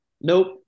Nope